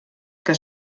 que